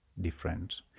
different